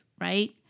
right